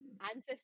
ancestors